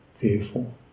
fearful